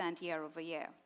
year-over-year